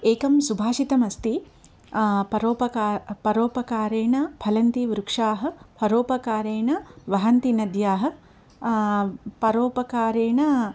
एकं सुभाषितमस्ति परोपकारः परोपकारेण फलन्ति वृक्षाः परोपकारेण वहन्ति नद्यः परोपकारेण